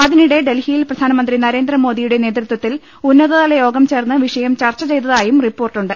അതിനിടെ ഡൽഹിയിൽ പ്രധാനമന്ത്രി നരേന്ദ്രമോദി യുടെ നേതൃത്വത്തിൽ ഉന്നതതലയോഗം ചേർന്ന് വിഷയം ചർച്ചചെയ്തതായും റിപ്പോർട്ടുണ്ട്